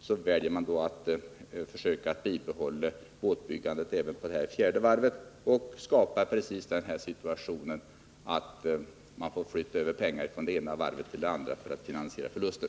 Man väljer i stället att försöka bibehålla båtbyggandet även vid det fjärde varvet och skapar precis den situationen att man får flytta över pengar från det ena varvet till det andra för att finansiera förluster.